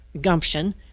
gumption